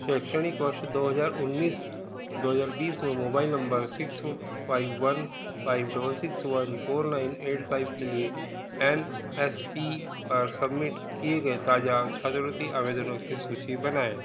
शैक्षणिक वर्ष दो हज़ार उन्नीस दो हज़ार बीस में mobile number six five one five double six one four nine eight five के लिए एन एस पी पर सबमिट किए गए ताज़ा छात्रवृत्ति आवेदनों की सूची बनाएँ